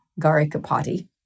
Garikapati